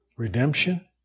Redemption